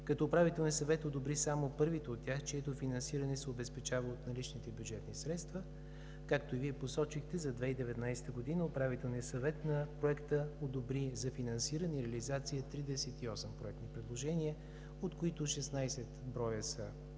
като Управителният съвет одобри само първите от тях, чието финансиране се обезпечава от наличните бюджетни средства. Както Вие посочихте, за 2019 г. Управителният съвет на Проекта одобри за финансиране и реализация 38 проектни предложения, от които 16 броя са